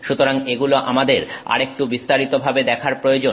সুতরাং এগুলো আমাদের আরেকটু বিস্তারিত ভাবে দেখার প্রয়োজন